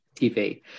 TV